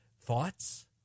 thoughts